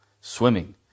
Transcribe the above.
swimming